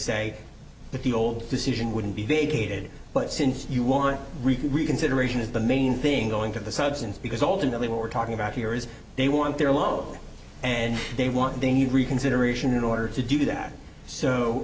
that the old decision wouldn't be vacated but since you want reconsideration is the main thing going to the substance because ultimately what we're talking about here is they want their loan and they want the reconsideration in order to do that so